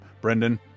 Brendan